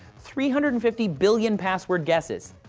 three hundred and fifty billion password guesses.